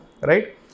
Right